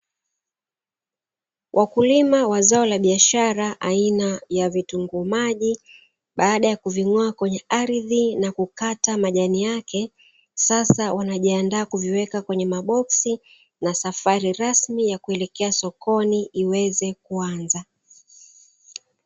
Wakulima wa zao la biashara aina ya vitunguu maji baada ya kuving'oa kwenye ardhi na kukata majani yake, sasa wanajiandaa kuviweka kwenye maboksi na safari rasmi ya kuelekea sokoni iweze kuanza.